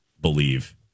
believe